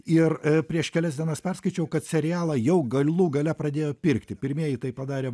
ir prieš kelias dienas perskaičiau kad serialą jau galų gale pradėjo pirkti pirmieji tai padarė